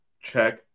check